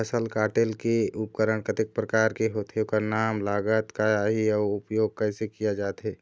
फसल कटेल के उपकरण कतेक प्रकार के होथे ओकर नाम लागत का आही अउ उपयोग कैसे किया जाथे?